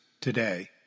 today